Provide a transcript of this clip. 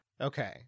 Okay